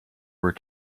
were